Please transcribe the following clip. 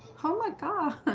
oh my god